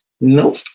Nope